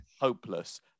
hopeless